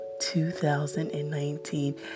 2019